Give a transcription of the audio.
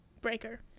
Breaker